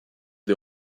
des